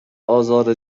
آزار